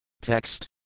Text